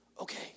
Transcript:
okay